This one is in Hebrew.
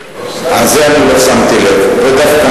אין, קיבל פרס ישראל, זה, לא שמתי לב.